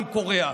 עם קוריאה.